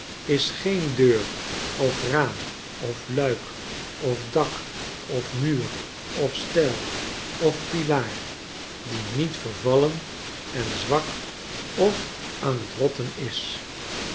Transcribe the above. is geen deur of raam of luik of dak of muur of stijl ofpilaar die niet vervallen en zwak of aan t rotten is